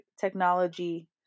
technology